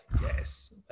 yes